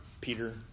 Peter